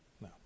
No